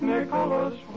Nicholas